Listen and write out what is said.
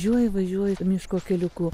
važiuoji važiuoji miško keliuku